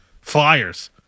Flyers